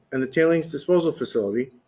and the tailings disposal facility,